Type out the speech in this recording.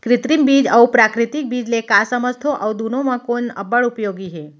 कृत्रिम बीज अऊ प्राकृतिक बीज ले का समझथो अऊ दुनो म कोन अब्बड़ उपयोगी हे?